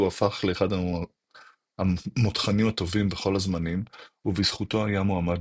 הוא הפך לאחד המותחנים הטובים בכל הזמנים ובזכותו היה מועמד